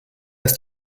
ist